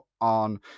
on